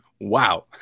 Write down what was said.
Wow